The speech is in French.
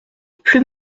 plus